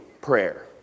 prayer